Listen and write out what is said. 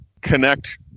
connect